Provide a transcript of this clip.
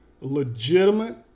legitimate